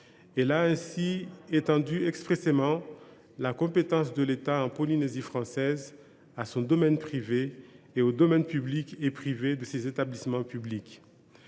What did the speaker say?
Elle a ainsi étendu expressément la compétence de l’État en Polynésie française à son domaine privé et aux domaines public et privé de ses établissements publics.